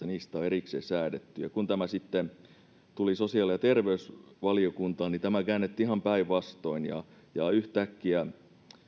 niistä on erikseen säädetty kun tämä sitten tuli sosiaali ja terveysvaliokuntaan niin tämä käännettiin ihan päinvastoin ja ja yhtäkkiä